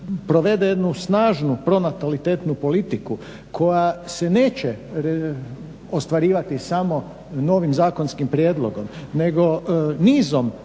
provede jednu snažnu pronatalitetnu politiku se neće ostvarivati samo novim zakonskim prijedlogom nego nizom